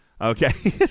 okay